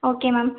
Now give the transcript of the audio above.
okay ma'am